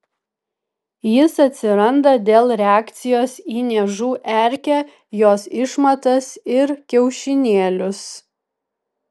jis atsiranda dėl reakcijos į niežų erkę jos išmatas ir kiaušinėlius